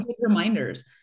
reminders